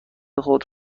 خودم